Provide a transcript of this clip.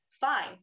fine